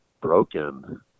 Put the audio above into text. broken